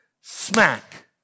smack